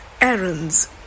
errands